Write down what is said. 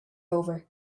over